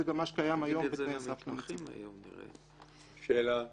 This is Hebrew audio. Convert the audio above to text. זה גם מה שקיים היום בתנאי סף --- שאלה קצרה,